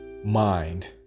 mind